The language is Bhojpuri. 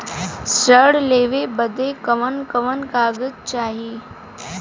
ऋण लेवे बदे कवन कवन कागज चाही?